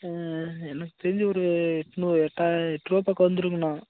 எனக்கு தெரிஞ்சு ஒரு எட்நூ எட்டாய எட்டுருவா பக்கம் வந்துருக்குண்ணா